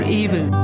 evil